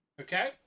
Okay